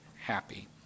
happy